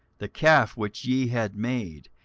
the calf which ye had made,